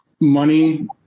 money